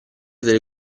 delle